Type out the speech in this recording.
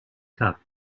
cup